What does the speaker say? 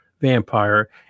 vampire